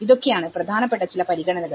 ഇതൊക്കെയാണ് പ്രധാനപ്പെട്ട ചില പരിഗണനകൾ